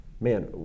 man